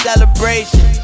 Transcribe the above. Celebration